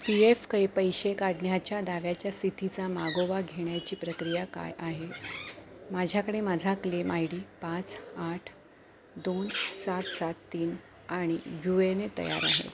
P F कै पैसे काढण्याच्या दाव्याच्या स्थितीचा मागोवा घेण्याची प्रक्रिया काय आहे माझ्याकडे माझा क्लेम आय डी पाच आठ दोन सात सात तीन आणि यू एन ए तयार आहे